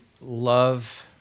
love